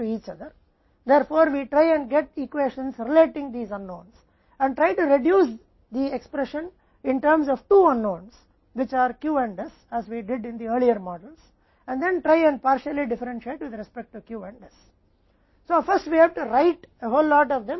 अब इस आरेख से हमें यह भी पता चलता है कि इनमें से कई अज्ञात एक दूसरे से संबंधित हैं इसलिए हम इन अज्ञात से संबंधित समीकरणों को प्राप्त करने की कोशिश करते हैं और दो अज्ञात शब्दों के संदर्भ में अभिव्यक्ति को कम करने की कोशिश करते हैं जो कि Q और s हैं जैसा कि हमने पहले के मॉडल में किया था